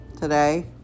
today